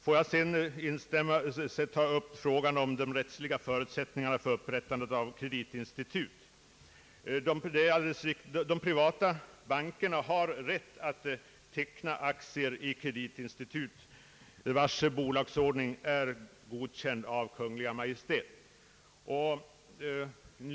Låt mig sedan ta upp frågan om de rättsliga förutsättningarna för inrättandet av kreditinstitut. De privata bankerna har rätt att teckna aktier i kreditinstitut vars bolagsordning är godkänd av Kungl. Maj:t.